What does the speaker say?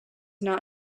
not